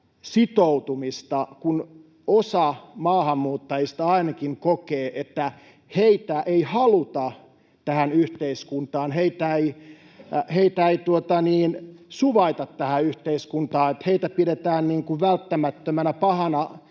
sitoutumista, kun ainakin osa maahanmuuttajista kokee, että heitä ei haluta tähän yhteiskuntaan ja heitä ei suvaita tähän yhteiskuntaan, että heitä pidetään niin kuin välttämättömänä pahana,